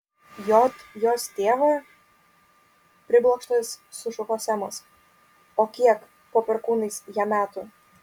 j jos tėvą priblokštas sušuko semas o kiek po perkūnais jam metų